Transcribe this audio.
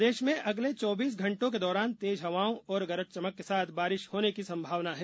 मौसम प्रदेश में अगले चौबीस घंटों के दौरान तेज हवाओं और गरज चमक के साथ साथ बारिश होने की संभावना है